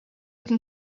can